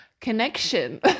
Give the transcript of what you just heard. connection